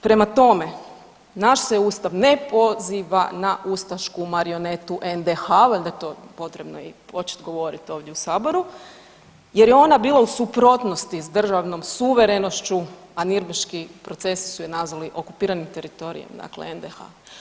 Prema tome, naš se Ustav ne poziva na ustašku marionetu NDH-a, valjda je to potrebno i početi govoriti ovdje u Saboru jer je ona bila u suprotnosti s državnom suverenošću, a nirnberški procesi su je nazvali okupiranim teritorijem, dakle NDH.